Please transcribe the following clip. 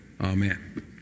Amen